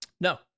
No